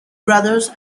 brothers